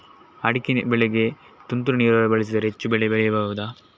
ಅಡಿಕೆ ಬೆಳೆಗೆ ತುಂತುರು ನೀರಾವರಿ ಬಳಸಿದರೆ ಹೆಚ್ಚು ಬೆಳೆ ಬೆಳೆಯಬಹುದಾ?